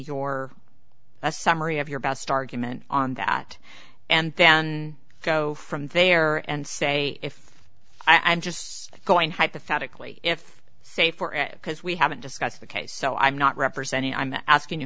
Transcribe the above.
your a summary of your best argument on that and then go from there and say if i'm just going hypothetically if say for it because we haven't discussed the case so i'm not representing i'm asking you